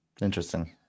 Interesting